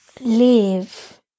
live